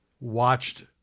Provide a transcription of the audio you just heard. watched